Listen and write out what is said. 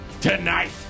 tonight